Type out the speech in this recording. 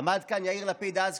עמד כאן יאיר לפיד אז,